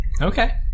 Okay